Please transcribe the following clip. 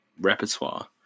repertoire